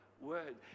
word